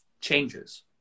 changes